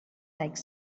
like